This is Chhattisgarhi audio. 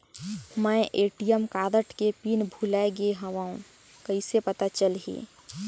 मैं ए.टी.एम कारड के पिन भुलाए गे हववं कइसे पता चलही?